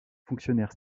fonctionnaires